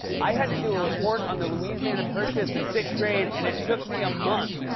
i had to do a report on the louisiana purchase in sixth grade, and it took me a month.